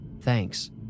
thanks